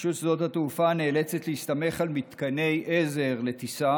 רשות שדות התעופה נאלצת להסתמך על מתקני עזר לטיסה